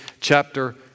chapter